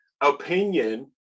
opinion